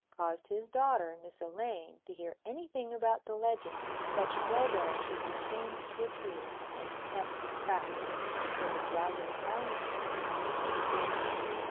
caused his daughter, miss elaine, to hear anything about the legend, such tale-bearer should be chained to a tree, and kept fat until the dragon found him and ate him.